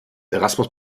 erasmus